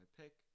pick